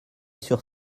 sur